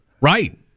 Right